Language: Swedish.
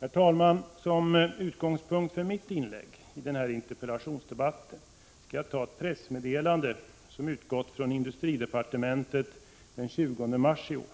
Herr talman! Som utgångspunkt för mitt inlägg i denna interpellationsdebatt skall jag ta ett pressmeddelande som utgått från industridepartementet den 20 mars i år.